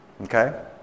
Okay